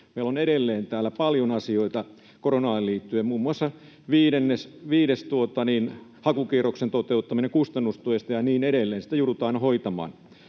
Meillä on edelleen tässä budjetissa paljon asioita koronaan liittyen, muun muassa viidennen hakukierroksen toteuttaminen kustannustuesta ja niin edelleen, sitä joudutaan hoitamaan.